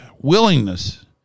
willingness